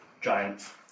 giants